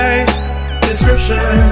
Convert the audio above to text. Description